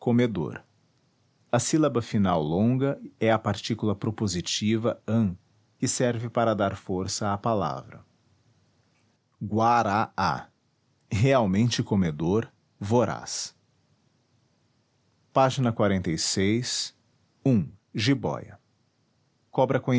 comedor a sílaba final longa é a partícula propositiva ã que serve para dar força à palavra g u ára á realmente comedor voraz ág ág jibóia cobra conhecida